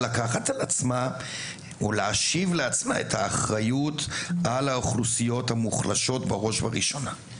את האחריות על אוכלוסיות המוחלשות בראש ובראשנה.